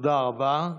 תודה רבה.